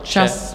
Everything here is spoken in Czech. Čas!